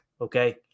Okay